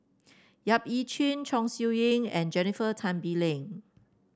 Yap Ee Chian Chong Siew Ying and Jennifer Tan Bee Leng